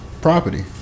Property